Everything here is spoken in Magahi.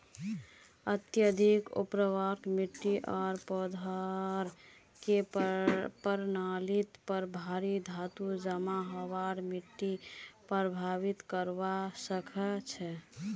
अत्यधिक उर्वरक मिट्टी आर पौधार के प्रणालीत पर भारी धातू जमा हबार स मिट्टीक प्रभावित करवा सकह छह